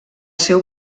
seu